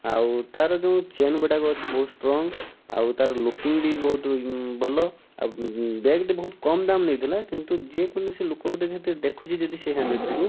ଆଉ ତା'ର ଯୋଉ ଚେନ୍ ଗୁଡ଼ାକ ଅଛି ବହୁତ ଷ୍ଟ୍ରଙ୍ଗ୍ ଆଉ ତା'ର ଲୁକିଙ୍ଗ୍ ବି ବହୁତ ଭଲ ଆଉ ବେଗ୍ ଟି ବହୁତ କମ୍ ଦାମ୍ ନେଇଥିଲା କିନ୍ତୁ ଯେକୌଣସି ଲୋକ ଗୋଟେ ଯେହେତୁ ଦେଖୁଛି ଯଦି ସେ ହେଣ୍ଡବେଗ୍ ଟିକୁ